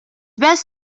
best